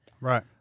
Right